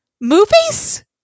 movies